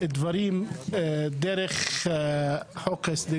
אני לפי דעתי פוגעים בדברים מאוד מאוד מהותיים במיוחד בחוק כל כך חשוב,